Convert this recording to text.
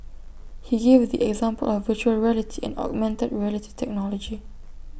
he gave the example of Virtual Reality and augmented reality technology